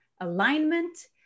alignment